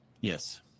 Yes